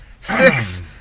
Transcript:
six